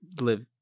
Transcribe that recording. live